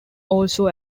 also